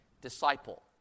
disciple